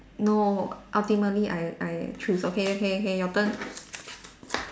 no ultimately I I choose okay okay okay your turn